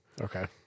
Okay